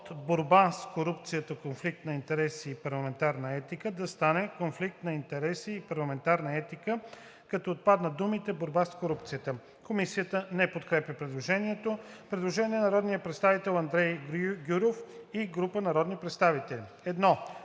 от „борба с корупцията, конфликт на интереси и парламентарна етика“ да стане „конфликт на интереси и парламентарна етика“, като отпаднат думите „борба с корупцията“.“ Комисията не подкрепя предложението. Предложение на народния представител Андрей Гюров и група народни представители.